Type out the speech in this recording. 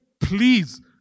please